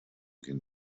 can